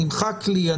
נמחק לי,